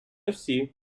всі